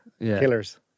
killers